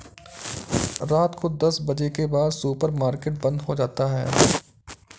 रात को दस बजे के बाद सुपर मार्केट बंद हो जाता है